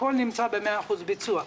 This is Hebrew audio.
הכול נמצא ב-100% ביצוע.